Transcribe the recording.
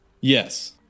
Yes